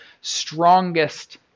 strongest